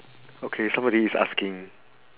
okay somebody is asking